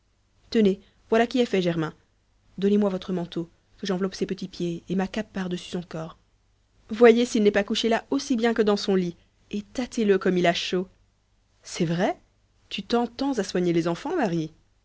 tenez voilà qui est fait germain donnez-moi votre manteau que j'enveloppe ses petits pieds et ma cape pardessus son corps voyez s'il n'est pas couché là aussi bien que dans son lit et tâtez le comme il a chaud c'est vrai tu t'entends à soigner les enfants marie